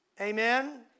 Amen